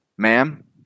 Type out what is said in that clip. Ma'am